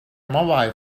mobile